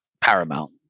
paramount